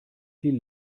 viel